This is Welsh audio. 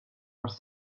wrth